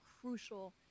crucial